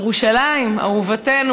ירושלים אהובתנו,